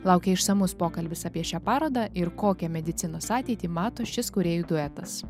laukia išsamus pokalbis apie šią parodą ir kokią medicinos ateitį mato šis kūrėjų duetas